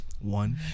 one